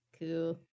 Cool